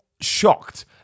shocked